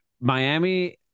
Miami